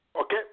okay